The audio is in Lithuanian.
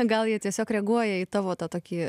gal jie tiesiog reaguoja į tavo tą tokį